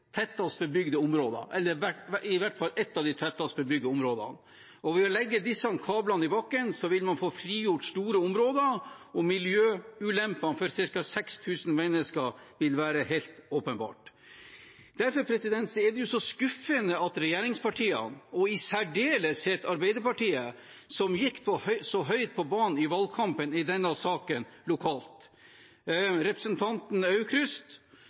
tettest bebygde område, eller i hvert fall et av de tettest bebygde områdene. Ved å legge disse kablene i bakken vil man få frigjort store områder og redusert miljøulempene for ca. 6 000 mennesker – helt åpenbart. Derfor er dette så skuffende av regjeringspartiene, og i særdeleshet Arbeiderpartiet, som gikk så høyt på banen i valgkampen i denne saken lokalt. Representanten Aukrust,